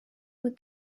would